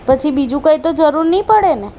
પછી બીજું કંઈ તો જરૂર નહીં પડે ને